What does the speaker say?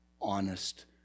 honest